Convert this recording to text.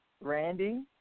Randy